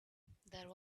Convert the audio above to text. there